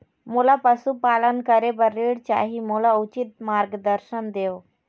मोला पशुपालन करे बर ऋण चाही, मोला उचित मार्गदर्शन देव?